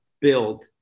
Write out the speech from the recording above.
build